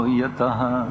yataha